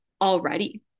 already